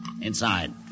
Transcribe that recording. Inside